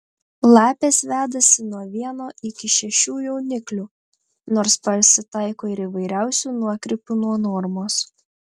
lapės vedasi nuo vieno iki šešių jauniklių nors pasitaiko ir įvairiausių nuokrypių nuo normos